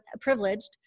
privileged